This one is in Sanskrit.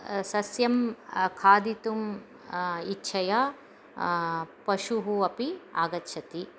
सस्यं खादितुम् इच्छया पशुः अपि आगच्छति